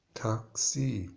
taxi